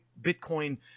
Bitcoin